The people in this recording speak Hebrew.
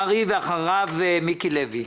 שלמה קרעי ואחריו מיקי לוי.